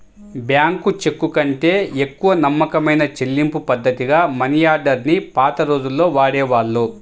bank చెక్కుకంటే ఎక్కువ నమ్మకమైన చెల్లింపుపద్ధతిగా మనియార్డర్ ని పాత రోజుల్లో వాడేవాళ్ళు